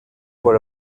por